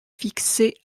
fixé